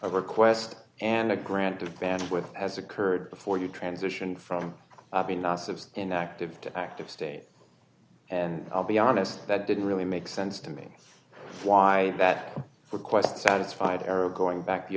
a request and a grant of bandwidth has occurred before you transition from being os of an active to active state and i'll be honest that didn't really make sense to me why that request satisfied era going back the